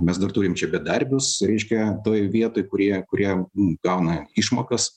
mes dar turim čia bedarbius reiškia toj vietoj kurie kurie gauna išmokas